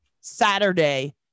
Saturday